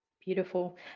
Beautiful